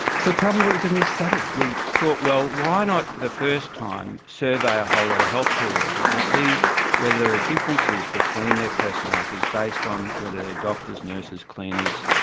so tell me what you did in this study? we thought, well, why not for the first time survey a whole lot of healthcare workers and see whether ah differences between their personalities based on whether they are doctors, nurses cleaners,